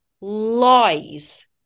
lies